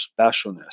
specialness